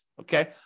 okay